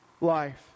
life